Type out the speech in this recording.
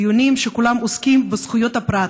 דיונים שכולם עוסקים בזכויות הפרט,